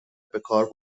بکار